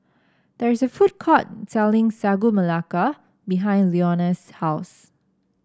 there is a food court selling Sagu Melaka behind Leonia's house